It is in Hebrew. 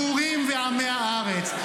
בורים ועמי הארץ,